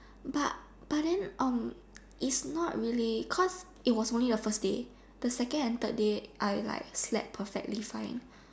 but but then um it's not really cause it was only the first day the second and third day like I slept perfectly fine